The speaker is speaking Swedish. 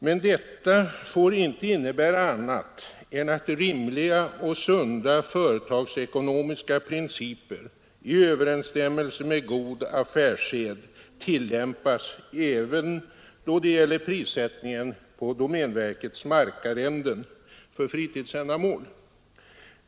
Men detta får inte innebära annat än att rimliga och sunda företagsekonomiska principer, i överensstämmelse med god affärssed tillämpas även då det gäller prissättningen på domänverkets markarrenden för fritidsändamål.